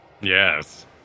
Yes